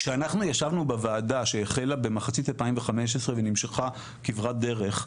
כשאנחנו ישבנו בוועדה שהחלה במחצית 2015 ונמשכה כברת דרך,